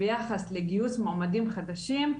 ביחס לגיוס מועמדים חדשים,